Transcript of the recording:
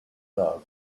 love